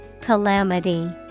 Calamity